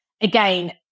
again